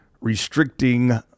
restricting